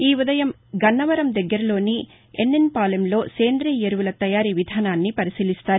ఈ ఉదయం గన్నవరం దగ్గరలోని ఎస్ ఎస్ పాలెంలో సేంద్రీయ ఎరువుల తయారీ విధానాన్ని పరిశీలిస్తారు